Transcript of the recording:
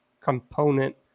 component